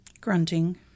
grunting